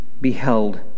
beheld